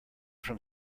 from